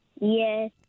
Yes